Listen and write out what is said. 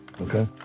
okay